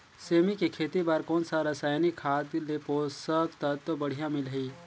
सेमी के खेती बार कोन सा रसायनिक खाद ले पोषक तत्व बढ़िया मिलही?